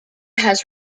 has